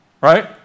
Right